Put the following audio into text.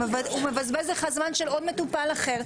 הוא מבזבז לך זמן של עוד מטופל אחר,